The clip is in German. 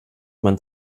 man